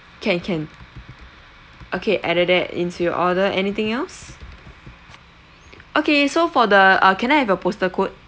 can can okay added that into your order anything else okay so for the uh can I have your postal code